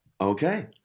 Okay